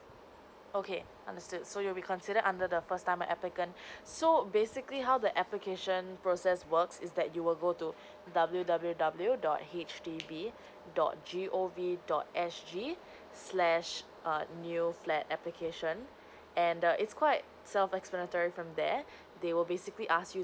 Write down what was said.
okay understood so you'll be considered under the first time applicant so basically how the application process works is that you will go to W W W dot H D B dot G O V dot S G slash err new flat application and the it's quite self explanatory from there they will basically ask you